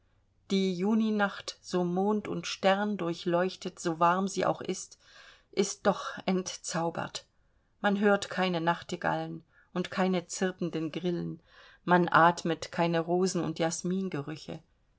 die juninacht so mond und sterndurchleuchtet so warm sie auch ist ist doch entzaubert man hört keine nachtigallen und keine zirpenden grillen man atmet keine rosen und